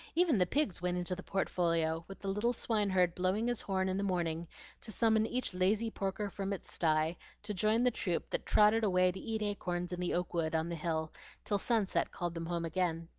even the pigs went into the portfolio, with the little swineherd blowing his horn in the morning to summon each lazy porker from its sty to join the troop that trotted away to eat acorns in the oak wood on the hill till sunset called them home again.